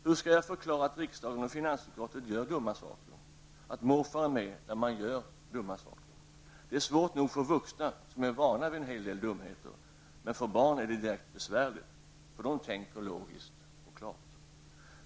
Hur skall jag förklara att riksdagen och finansutskottet gör dumma saker, att morfar är med där man gör dumma saker? Det är svårt nog för vuxna, som är vana vid en hel del dumheter. Men för barn är det direkt besvärligt, för de tänker logiskt och klart.